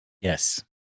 Yes